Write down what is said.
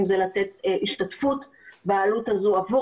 אם זה לתת השתתפות בעלות הזו עבור